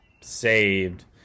saved